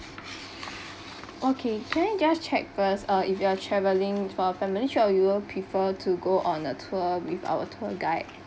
okay can I just check first uh if you are traveling for family trip or you will prefer to go on a tour with our tour guide